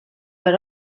per